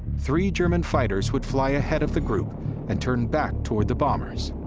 three german fighters would fly ahead of the group and turn back toward the bombers.